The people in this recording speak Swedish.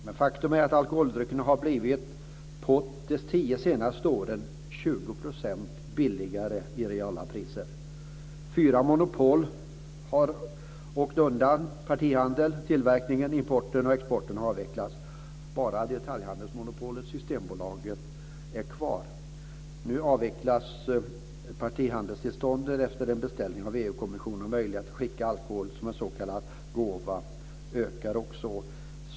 Men faktum är att alkoholdryckerna under de tio senaste åren har blivit 20 % billigare i reala priser. Fyra monopol har åkt undan - partihandeln, tillverkningen, importen och exporten har avvecklats. Bara detaljhandelsmonopolet, Systembolaget, är kvar. Nu avvecklas partihandelstillstånden efter en beställning av EU-kommissionen. Möjligheten att skicka alkohol som en s.k. gåva ökar också.